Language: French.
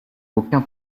aucun